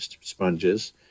sponges